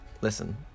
Listen